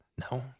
No